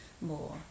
more